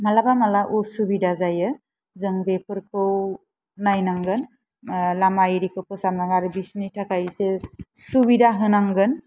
मालाबा मालाबा उसुबिदा जायो जों बेफोरखौ नायनांगोन लामा एरिखौ फोसाबना आरो बेसिनिखौ थाखाय एसे सुबिदा होनांगोन